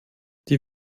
die